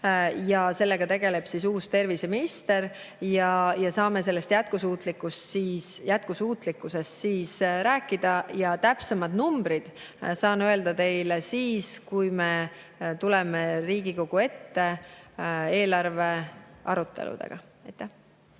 Sellega tegeleb uus terviseminister. Saame selle jätkusuutlikkusest siis rääkida. Täpsemad numbrid saan öelda teile siis, kui me tuleme Riigikogu ette eelarve aruteludega.